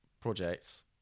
projects